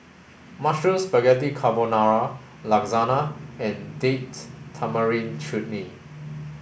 Mushroom Spaghetti Carbonara Lasagna and Date Tamarind Chutney